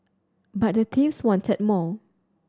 but the thieves wanted more